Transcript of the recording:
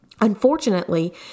Unfortunately